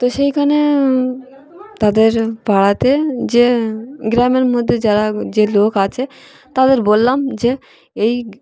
তো সেইখানে তাদের পাড়াতে যে গ্রামের মধ্যে যারা যে লোক আছে তাদের বললাম যে এই